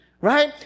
right